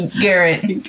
Garrett